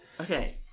Okay